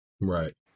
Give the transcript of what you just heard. right